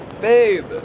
Babe